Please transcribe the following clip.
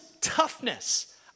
toughness